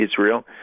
Israel